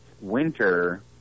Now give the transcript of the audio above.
winter